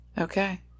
Okay